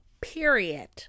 period